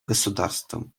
государством